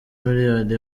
miliyoni